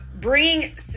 bringing